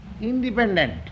independent